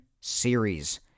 series